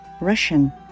Russian